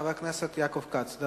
חבר הכנסת יעקב כץ .